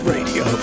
Radio